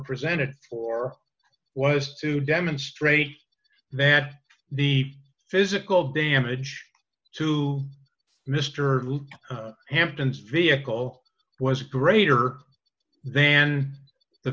presented for was to demonstrate that the physical damage to mr hampton's vehicle was greater than the